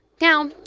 Now